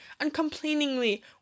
uncomplainingly